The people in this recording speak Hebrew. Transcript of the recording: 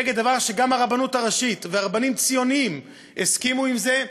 נגד דבר שגם הרבנות הראשית ורבנים ציוניים הסכימו עם זה,